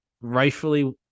rightfully